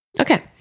Okay